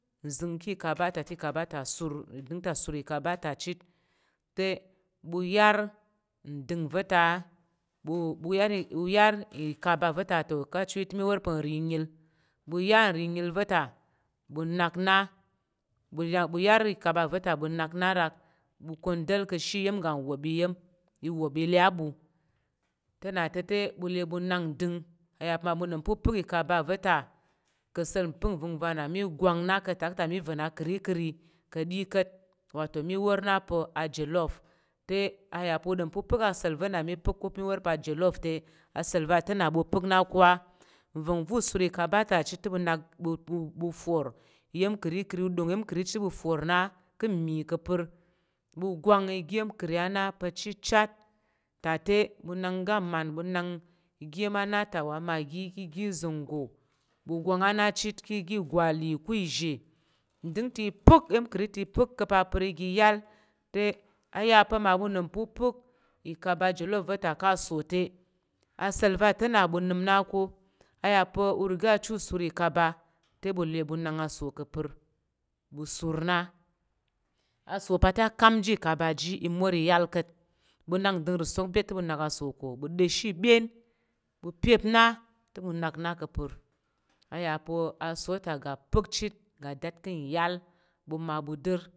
Zhing ka̱ ka̱ ɓa ta te i ka̱ ba ta sur i din ta sur ka̱ ɓa ta chit te ɓu yər ndəng va̱ ta ɓu-ɓu yar i ɓu yar i ka̱ ɓa ta to ka chu yi te mi wor pa̱ uri nyi ɓu ya uri nyi va̱ ta ɓu nak na ɓu ya bu yar ikeɓa veta bu nakna rak ɓu kundell kishi ya̱m ga wop i yem i wop ile abu te na te ɓu le ɓu nak ndəng a ya pa uda̱m pa̱ u pak i ka̱ ɓa va̱ta kasa̱l npak nva̱ngva̱ na mi gwan na ka̱ tak te mi va̱n akirkir ka̱ ɗi ka̱t wato mi wor na pa̱ a jolove te ayap uda mo upak asa̱l na na mi pak ko miwa pa̱ a jolove te a sal va tina bo pak na kwa vanvo usur i ka̱ ɓa ta chit te ɓu nak ɓu ɓu ɓu fur i ya̱m kari ka̱ ri udəng i ya̱m ka̱ ri ka̱ ri chit bu furna kan mi ka̱ par ɓu gwa iga ya̱m ka̱ ri ana pa cichit ta te ɓu nak ngga man ɓu nak i ga̱m amat wa maggi ka̱ ga zanggo ɓu gwan ana chit ka̱ ga igwali, ko uzhe ndəng ta i pak iya̱m ka̱ ri ta i pak ka pa par igel yal te a yapa mabu nang pakpak i ka̱ ɓa jolove ve tak aso te a sa̱l va̱to na ɓu nəm na ko a ya pa ure ga chit a shir i ka̱ ɓa te ɓu le ɓu nak aso ka pər ɓu sur na a saopate i kang ji i ƙa̱ ɓa ji i mor i yal ka̱t ɓu nak ndəng nruguk byet te ɓu nak a so ko bi da̱shi byen ɓu pye na te ɓu na nak na ka par iya pa a sota ga pak chit ge dat kanyal ɓu mmabu dər.